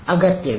ಅಗತ್ಯವಿಲ್ಲ